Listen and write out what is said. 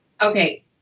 Okay